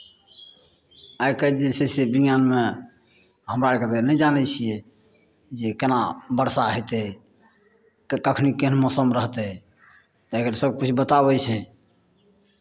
आइ काल्हि जे छै से दुनिआँमे हमरा आरकेँ तऽ नहि जानै छियै जे केना वर्षा हेतै तऽ कखन केहन मौसम रहतै तऽ आइ काल्हि सभकिछु बताबै छै